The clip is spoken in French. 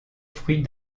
fruit